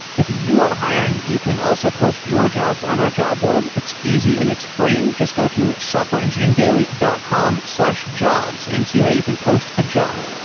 if you are hiring, you can also post your jobs on our job board. it's easy and it's free. just go to softwareengineeringdaily dot com jobs and see how you can post a job